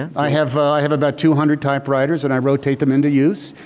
i have i have about two hundred typewriters and i rotate them into use.